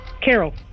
Carol